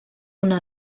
una